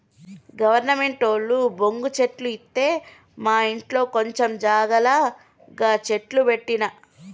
గవర్నమెంటోళ్లు బొంగు చెట్లు ఇత్తె మాఇంట్ల కొంచం జాగల గ చెట్లు పెట్టిన